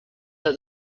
that